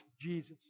Jesus